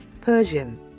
Persian